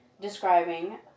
describing